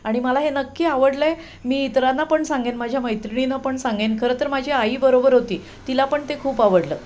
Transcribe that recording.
आणि मला हे नक्की आवडलं आहे मी इतरांना पण सांगेन माझ्या मैत्रिणींना पण सांगेन खरं तर माझी आई बरोबर होती तिला पण ते खूप आवडलं